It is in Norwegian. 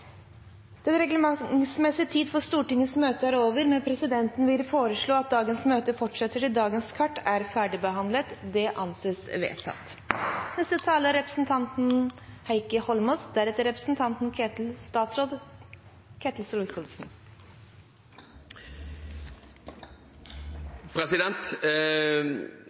Den reglementsmessige tiden for kveldsmøtet er nå omme, og presidenten vil foreslå at møtet fortsetter til dagens kart er ferdigbehandlet. – Det anses vedtatt. Som representanten Jegstad var inne på, er